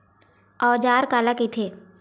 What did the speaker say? औजार काला कइथे?